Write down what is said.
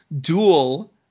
dual